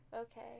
Okay